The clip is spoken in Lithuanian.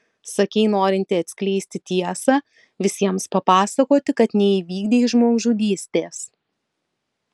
sakei norinti atskleisti tiesą visiems papasakoti kad neįvykdei žmogžudystės